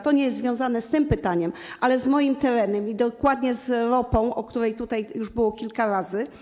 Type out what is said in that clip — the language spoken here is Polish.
To nie jest związane z tym pytaniem, ale z moim terenem, dokładnie z Ropą, o której tutaj już była kilka razy mowa.